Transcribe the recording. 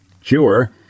Sure